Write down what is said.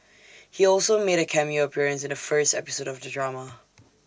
he also made A cameo appearance in the first episode of the drama